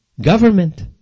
government